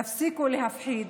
תפסיקו להפחיד,